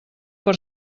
per